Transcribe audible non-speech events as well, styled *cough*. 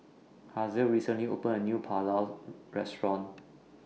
Hazelle recently opened A New Pulao *hesitation* Restaurant